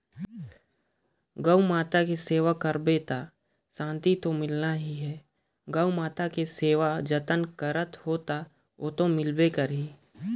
गउ माता के सेवा करबे त सांति तो मिलना ही है, गउ माता के सेवा जतन करत हो त ओतो मिलबे करही